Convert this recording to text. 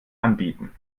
anbieten